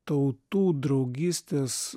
tautų draugystės